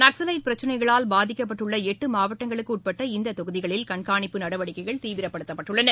நக்ஸலைட் பிரச்சினைகளால் பாதிக்கப்பட்டுள்ள எட்டு மாவட்டங்களுக்கு உட்பட்ட இந்த தொகுதிகளில் கண்காணிப்பு நடவடிக்கைகள் தீவிரப்படுத்தப்பட்டுள்ளன